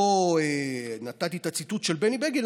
פה נתתי את הציטוט של בני בגין,